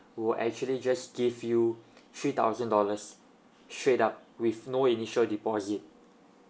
will actually just give you three thousand dollars straight up with no initial deposit